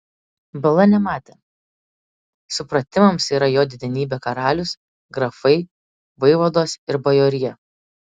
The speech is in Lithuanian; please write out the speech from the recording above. bala nematė supratimams yra jo didenybė karalius grafai vaivados ir bajorija